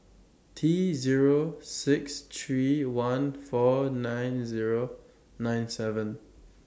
T Zero six three one four nine Zero nine seven